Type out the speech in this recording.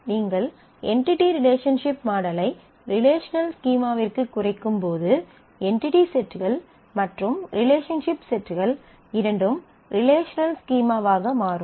நீங்கள் entity relationship மாடலை relational ஸ்கீமாவிற்கு குறைக்கும்போது என்டிடி செட்கள் மற்றும் ரிலேஷன்ன்ஷிப் செட்கள் இரண்டும் ரிலேஷனல் ஸ்கீமாவாக மாறும்